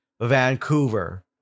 vancouver